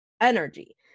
energy